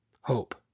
Hope